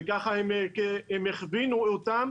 ככה הם כיוונו אותם